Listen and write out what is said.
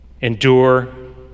Endure